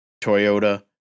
toyota